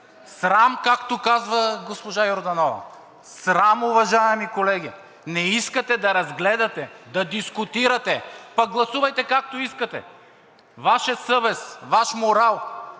Срам, както казва госпожа Йорданова! Срам, уважаеми колеги! Не искате да разгледате, да дискутирате, пък гласувайте, както искате. Ваша съвест, Ваш морал,